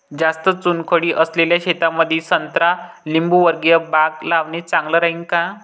जास्त चुनखडी असलेल्या शेतामंदी संत्रा लिंबूवर्गीय बाग लावणे चांगलं राहिन का?